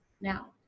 now